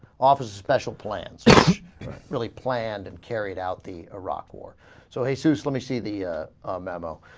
office special plans really planned and carried out the iraq war so they sizzle bc the ah. a memo